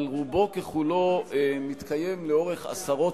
אבל רובו ככולו מתקיים לאורך עשרות